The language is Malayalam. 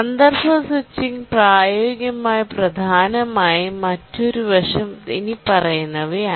കോണ്ടെസ്റ് സ്വിച്ചിംഗ് പ്രായോഗികമായി പ്രധാനമായ മറ്റൊരു വശം ഇനിപ്പറയുന്നവയാണ്